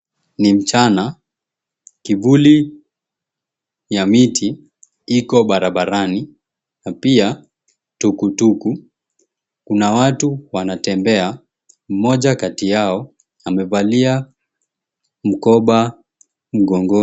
Ni mchana, kivuli ya miti iko barabarani na pia tukutuku. Kuna watu wanatembea, mmoja kati yao amevalia mkoba mgongoni.